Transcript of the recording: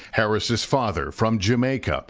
harris's father, from jamaica,